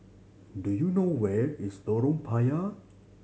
do you know where is Lorong Payah